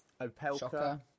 opelka